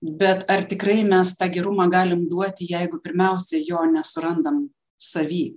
bet ar tikrai mes tą gerumą galim duoti jeigu pirmiausia jo nesurandam savy